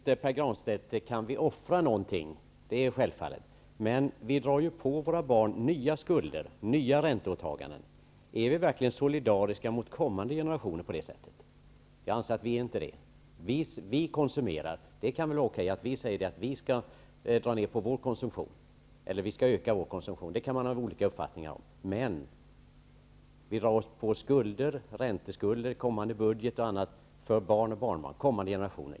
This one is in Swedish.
Herr talman! Jo visst, Pär Granstedt, kan vi offra någonting -- det är självklart. Men vi drar ju på våra barn nya skulder, gör nya ränteåtaganden. Är vi verkligen solidariska mot kommande generationer på det sättet? Det anser inte jag. Det är okej att vi säger att vi skall dra ned på vår konsumtion eller att vi skall öka vår konsumtion -- det kan man ha olika uppfattningar om. Men vi drar på oss skulder för barn och barnbarn.